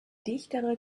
dichtere